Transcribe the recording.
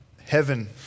Heaven